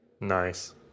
nice